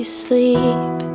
sleep